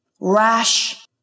Rash